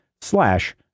slash